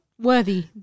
Worthy